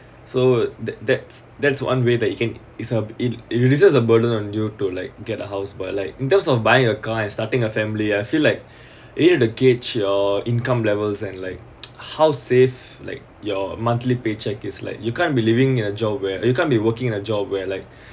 so that that's that's one way that it can it's uh it it really just a burden on you to like get a house but like in terms of buying a car and starting a family I feel like it it the gauge your income levels and like how safe like your monthly pay check is like you can't be living a job where you can't be working a job where like